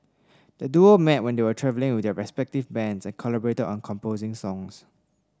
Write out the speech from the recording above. the duo met when they were travelling with their respective bands and collaborated on composing songs